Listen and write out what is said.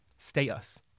status